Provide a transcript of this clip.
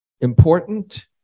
important